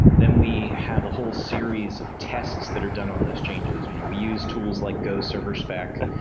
then we have a whole series of tests that are done on those changes. you know we use tools like go serverspec,